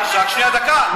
רק שנייה, דקה.